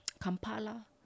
Kampala